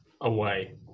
away